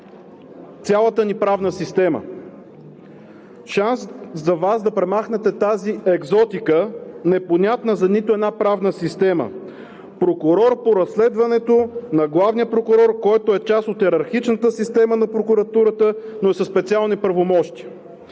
цялата ни правна система, шанс за Вас да премахнете тази екзотика, непонятна за нито една правна система – прокурор по разследването на главния прокурор, който е част от йерархичната система на прокуратурата, но е със специални правомощия.